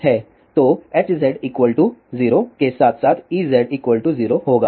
तो Hz 0 के साथ साथ Ez 0 होगा